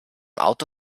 auto